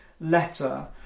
letter